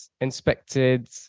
Inspected